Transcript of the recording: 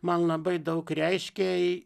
man labai daug reiškia